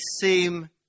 seem